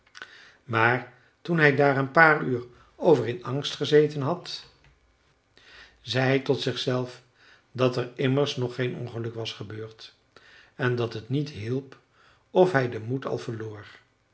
maar toen hij daar een paar uur over in angst gezeten had zei hij tot zichzelf dat er immers nog geen ongeluk was gebeurd en dat het niet hielp of hij den moed al verloor